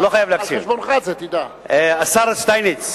השר שטייניץ,